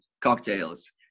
cocktails